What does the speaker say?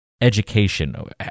education